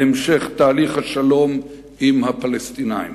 המשך תהליך השלום והסכם הביניים עם הפלסטינים.